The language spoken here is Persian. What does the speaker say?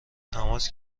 تماس